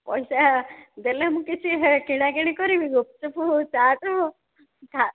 ପଇସା ଦେଲେ ମୁଁ କିଛି କିଣାକିଣି କରିବି ଗୁପ୍ଚୁପ୍ ହେଉ ଚାଟ୍ ହଉ ଖା